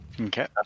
Okay